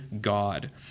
God